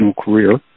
career